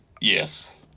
Yes